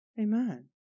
Amen